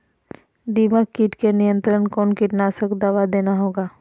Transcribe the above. दीमक किट के नियंत्रण कौन कीटनाशक दवा देना होगा?